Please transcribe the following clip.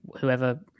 whoever